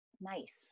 Nice